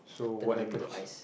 turning him into ice